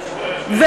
גאים באופוזיציה.